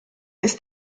ist